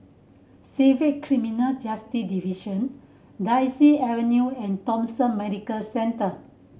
Civil Criminal Justice Division Daisy Avenue and Thomson Medical Centre